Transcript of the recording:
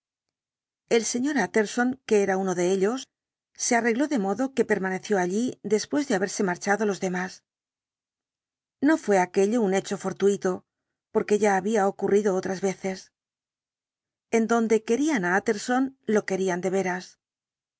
el sr utterson que era uno de ellos se arregló de modo que permaneció allí después de haberse marchado los demás no fué aquello un hecho fortuito porque ya había ocurrido otras veces en donde querían á utterson lo querían